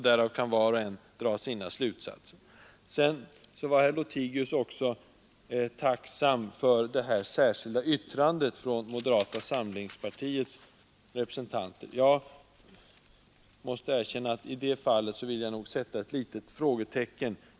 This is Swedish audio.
Sedan kan var och en dra sina slutsatser. Herr Lothigius var också tacksam för det särskilda yttrandet från moderata samlingspartiets representanter. Jag måste erkänna att jag i det fallet nog vill sätta ett litet frågetecken.